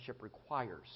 requires